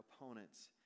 opponents